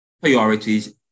priorities